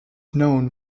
known